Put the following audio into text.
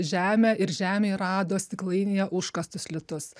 žemę ir žemėj rado stiklainyje užkastus litus